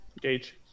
Gage